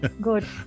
good